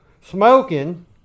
smoking –